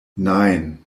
nein